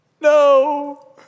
No